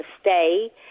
stay